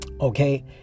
Okay